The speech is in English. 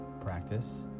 practice